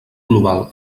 global